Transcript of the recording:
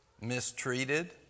mistreated